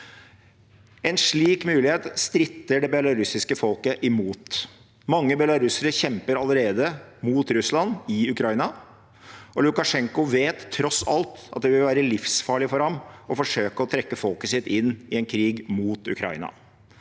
En slik mulighet stritter det belarusiske folket imot. Mange belarusere kjemper allerede mot Russland i Ukraina. Lukasjenko vet tross alt at det vil være livsfarlig for ham å forsøke å trekke folket sitt inn i en krig mot Ukraina.